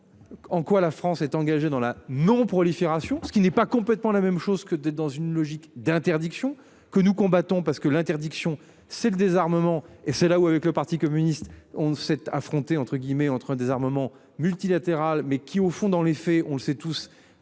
En quoi la France est engagée dans la non-prolifération ce qui n'est pas complètement la même chose que d'être dans une logique d'interdiction que nous combattons parce que l'interdiction, c'est le désarmement et c'est là où avec le parti communiste, on ne sait affronter entre guillemets entre désarmement multilatéral mais qui au fond dans les faits, on le sait tous